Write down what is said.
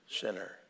sinner